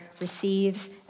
receives